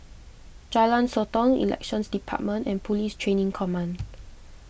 Jalan Sotong Elections Department and Police Training Command